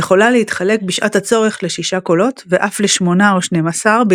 יכולה להתחלק בשעת הצורך לשישה קולות ואף לשמונה או שנים-עשר,